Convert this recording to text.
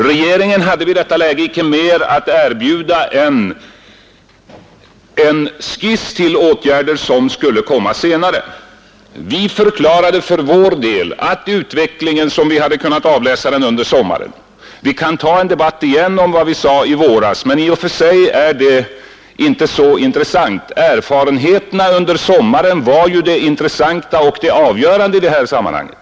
Regeringen hade i detta läge icke mer att erbjuda än en skiss till åtgärder som skulle komma senare. Vi hänvisade för vår del till utvecklingen som vi hade kunnat avläsa den under sommaren. Vi kan ta en debatt igen om vad vi sade i våras, men i och för sig är det inte så intressant. Erfarenheterna under sommaren var ju det intressanta och det avgörande i det här sammanhanget.